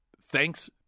thanks